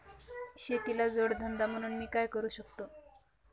शेतीला जोड धंदा म्हणून मी काय करु शकतो?